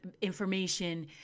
information